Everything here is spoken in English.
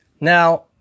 Now